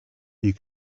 you